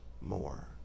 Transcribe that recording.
more